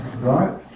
right